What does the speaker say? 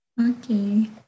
Okay